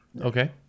Okay